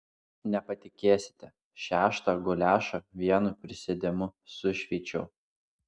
nepatikėsite šeštą guliašą vienu prisėdimu sušveičiau